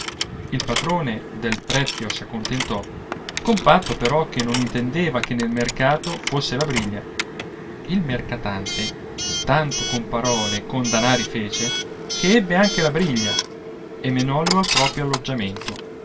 il patrone del prezio s'accontentò con patto però che non intendeva che nel mercato fosse la briglia il mercatante tanto con parole e con danari fece che ebbe anche la briglia e menouo al proprio alloggiamento